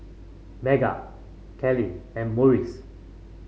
Meggan Kylene and Morris